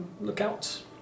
lookout